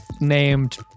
Named